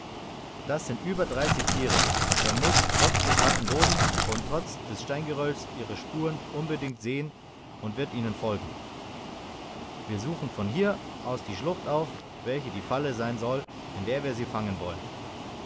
das sind über dreißig tiere er muß trotz des harten bodens und trotz des steingerölls ihre spuren unbedingt sehen und wird ihnen folgen wir suchen von hier aus die schlucht auf welche die falle sein soll in der wir sie fangen wollen